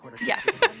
Yes